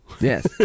Yes